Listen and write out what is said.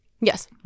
Yes